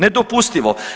Nedopustivo.